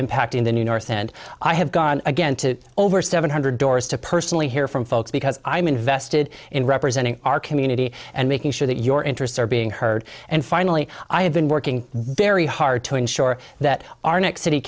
impacting the north and i have gone again to over seven hundred doors to personally hear from folks because i'm invested in representing our community and making sure that your interests are being heard and finally i have been working very hard to ensure that our next city